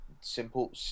simple